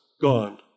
gone